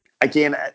again